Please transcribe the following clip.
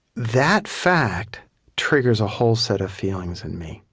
that fact triggers a whole set of feelings in me